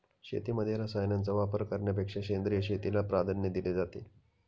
शेतीमध्ये रसायनांचा वापर करण्यापेक्षा सेंद्रिय शेतीला प्राधान्य दिले जाते